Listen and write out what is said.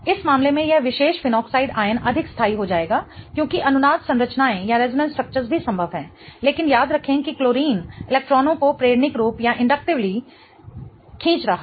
इस मामले में यह विशेष फिनोक्साइड आयन अधिक स्थाई हो जाएगा क्योंकि अनुनाद संरचनाएं भी संभव हैं लेकिन याद रखें कि क्लोरीन इलेक्ट्रॉनों को प्रेरणिक रूप से खींच रहा है